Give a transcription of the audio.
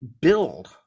build